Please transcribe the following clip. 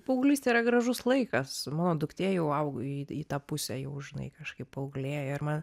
paauglystė yra gražus laikas mano duktė jau aug į į tą pusę jau žinai kažkaip paauglė ir ma